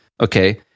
Okay